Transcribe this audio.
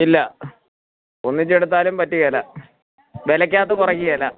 ഇല്ല ഒന്നിച്ച് എടുത്താലും പറ്റുകേല വിലക്കകത്ത് കുറക്കുകേല